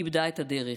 איבדה את הדרך.